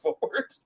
forward